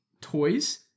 toys